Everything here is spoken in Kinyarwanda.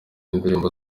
indirimbo